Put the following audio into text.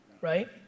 Right